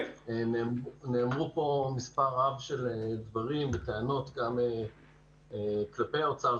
נאמרו פה מספר רב של דברים וטענות גם כלפי האוצר,